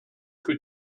que